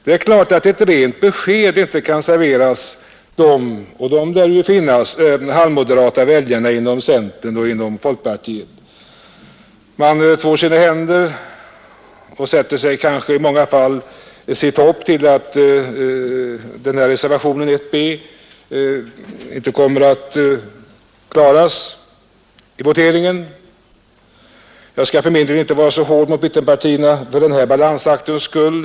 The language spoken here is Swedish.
Det är klart att ett rent besked inte kan serveras de halvmoderata väljarna — och de lär ju finnas — inom centern och folkpartiet. Man tvår sina händer och sätter kanske i många fall sitt hopp till att reservationen I b kommer att falla i voteringen. Jag skall för min del inte vara så hård mot mittenpartierna för den här balansaktens skull.